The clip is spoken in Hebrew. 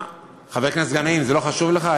חבר הכנסת גנאים, זה לא חשוב לך?